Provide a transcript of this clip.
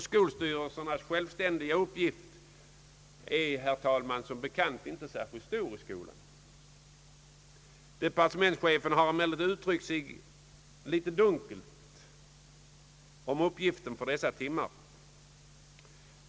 Skolstyrelsernas självständiga uppgift är, herr talman, som bekant inte särskilt stor i skolan. Departementschefen har emellertid uttryckt sig litet dunkelt om användandet av dessa timmar.